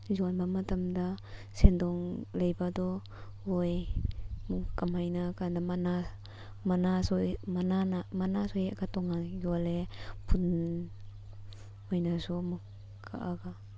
ꯌꯣꯟꯕ ꯃꯇꯝꯗ ꯁꯦꯟꯗꯣꯡ ꯂꯩꯕꯗꯣ ꯑꯣꯏ ꯀꯃꯥꯏꯅ ꯍꯥꯏꯕ ꯀꯥꯟꯗ ꯃꯅꯥꯁꯨ ꯃꯅꯥꯅ ꯃꯅꯥꯁꯨ ꯍꯦꯛ ꯑꯒ ꯇꯣꯉꯥꯟꯅ ꯌꯣꯂꯦ ꯐꯨꯜ ꯑꯣꯏꯅꯁꯨ ꯑꯃꯨꯛ ꯀꯛꯑꯒ